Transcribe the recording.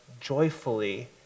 joyfully